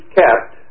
kept